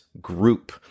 group